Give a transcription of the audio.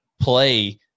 play